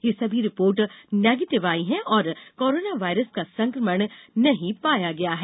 ये सभी report negative आई है और कोरोना वायरस का संकमण नहीं पाया गया है